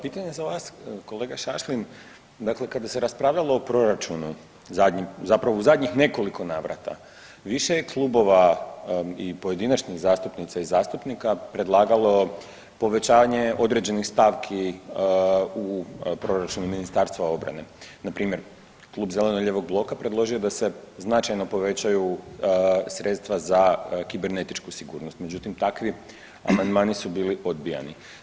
Pitanje za vas kolega Šašlin, dakle kada se raspravljalo o proračunu zadnjem, zapravo u zadnjih nekoliko navrata više je klubova i pojedinačnih zastupnica i zastupnika predlagalo povećanje određenih stavki u proračunu Ministarstva obrane npr. Klub zeleno-lijevog bloka predložio je da se značajno povećaju sredstva za kibernetičku sigurnost, međutim takvi amandmani su bili odbijeni.